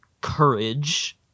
courage